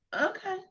okay